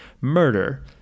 murder